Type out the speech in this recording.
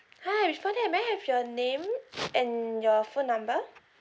hi before that may I have your name and your phone number